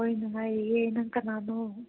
ꯍꯣꯏ ꯅꯨꯡꯉꯥꯏꯔꯤꯌꯦ ꯅꯪ ꯀꯅꯥꯅꯣ